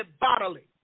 bodily